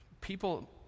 people